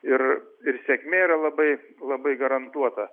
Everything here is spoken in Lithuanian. ir ir sėkmė yra labai labai garantuota